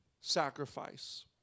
sacrifice